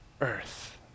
earth